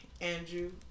Andrew